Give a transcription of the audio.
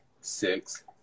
six